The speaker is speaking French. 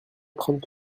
trente